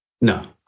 No